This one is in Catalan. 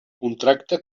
contracta